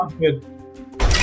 good